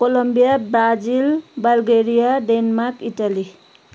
Colombia Brazil Bulgaria Denmark Italy